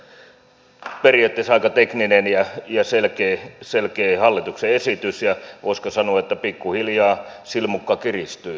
tämä on periaatteessa aika tekninen ja selkeä hallituksen esitys ja voisiko sanoa pikkuhiljaa silmukka kiristyy